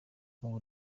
ubu